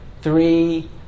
three